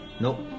Nope